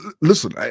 listen